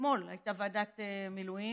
אתמול הייתה ועדת מילואים.